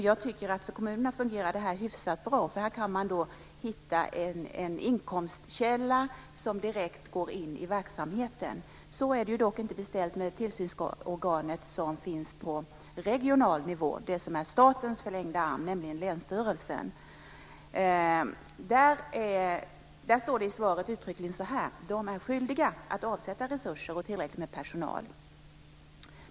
Jag tycker att detta fungerar hyfsat bra för kommunerna, eftersom man här kan hitta en inkomstkälla som direkt går in i verksamheten. Så är det dock inte beställt med det tillsynsorgan som finns på regional nivå, det som är statens förlängda arm, nämligen länsstyrelsen. Det står uttryckligen i svaret att de är skyldiga att avsätta resurser och tillräckligt med personal.